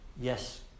yes